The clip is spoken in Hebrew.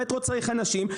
המטרו צריך אנשים.